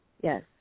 Yes